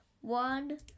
one